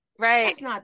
Right